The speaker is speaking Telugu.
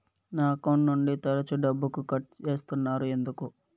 నా అకౌంట్ నుండి తరచు డబ్బుకు కట్ సేస్తున్నారు ఎందుకు